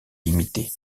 limité